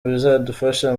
bizadufasha